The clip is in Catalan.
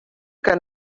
que